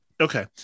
Okay